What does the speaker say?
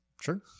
Sure